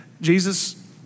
Jesus